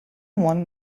one